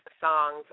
songs